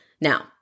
Now